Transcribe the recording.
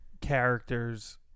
characters